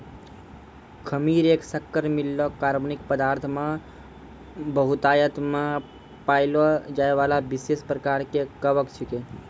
खमीर एक शक्कर मिललो कार्बनिक पदार्थ मे बहुतायत मे पाएलो जाइबला विशेष प्रकार के कवक छिकै